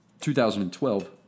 2012